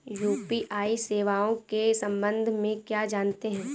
UPI सेवाओं के संबंध में क्या जानते हैं?